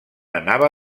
anava